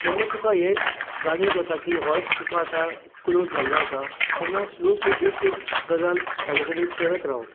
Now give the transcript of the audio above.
जेन्ना तुका हें जाणीव जाता की हाॅर्स तुकां आतां क्लोज जाल्लो आसा तेन्ना स्लो स्लो ताचे कडेन एक एक गजाल करत रावप